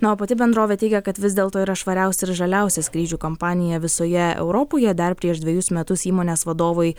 na o pati bendrovė teigia kad vis dėlto yra švariausia ir žaliausia skrydžių kompanija visoje europoje dar prieš dvejus metus įmonės vadovai